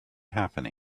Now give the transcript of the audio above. happening